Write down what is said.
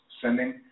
sending